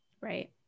Right